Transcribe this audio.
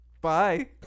Bye